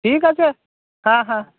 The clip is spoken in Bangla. ঠিক আছে হ্যাঁ হ্যাঁ